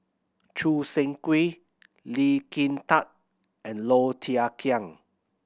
Choo Seng Quee Lee Kin Tat and Low Thia Khiang